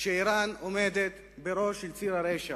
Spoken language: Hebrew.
שאירן עומדת בראש ציר הרשע.